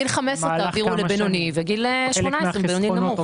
בגיל 15 תעבירו לסיכון בינוני ובגיל 18 לסיכון נמוך.